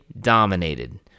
dominated